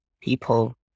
people